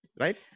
right